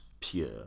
pure